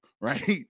right